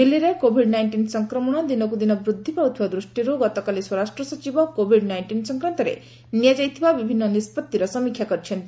ଦିଲ୍ଲୀରେ COVID nineteen ସଂକ୍ରମଣ ଦିନକୁଦିନ ବୃଦ୍ଧି ପାଉଥିବା ଦୃଷ୍ଟିରୁ ଗତକାଲି ସ୍ୱରାଷ୍ଟ୍ର ସଚିବ କୋଭିଡ ନାଇଣ୍ଟିନ୍ ସଂକ୍ରାନ୍ତରେ ନିଆଯାଇଥିବା ବିଭିନ୍ନ ନିଷ୍ପଭିର ସମୀକ୍ଷା କରିଛନ୍ତି